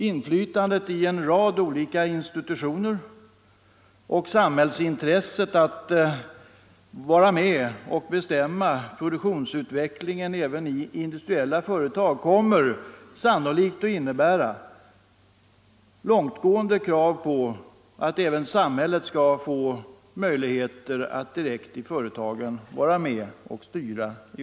Inflytandet i en rad olika institutioner och samhällsintresset att vara med och bestämma produktionsutvecklingen även i industriella företag kommer sannolikt att innebära långtgående krav på att även samhället skall få möjlighet att direkt i företagen vara med och styra.